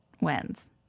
wins